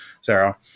Sarah